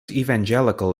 evangelical